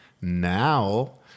now